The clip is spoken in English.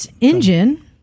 engine